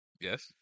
Yes